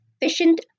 efficient